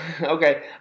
okay